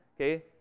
okay